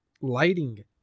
lighting